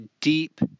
deep